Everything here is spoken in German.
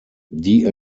die